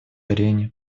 арене